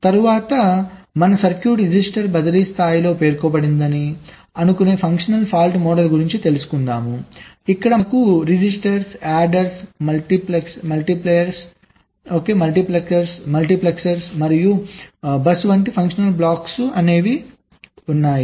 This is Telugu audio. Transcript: తరువాత మన సర్క్యూట్ రిజిస్టర్ బదిలీ స్థాయిలో పేర్కొనబడిందని అనుకునే ఫంక్షనల్ ఫాల్ట్ మోడల్గురించి తెలుసుకుందాము ఇక్కడ మనకు రిజిస్టర్లు యాడెర్adder మల్టిప్లైయర్స్ మల్టీప్లెక్సర్లుmultiplexers మరియు బస్సు వంటి ఫంక్షనల్ బ్లాక్లు ఉన్నాయి